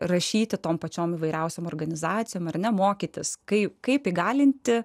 rašyti tom pačiom įvairiausiom organizacijom ar ne mokytis kai kaip įgalinti